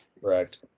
correct